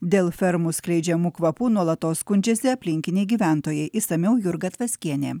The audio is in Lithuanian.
dėl fermų skleidžiamų kvapų nuolatos skundžiasi aplinkiniai gyventojai išsamiau jurga tvaskienė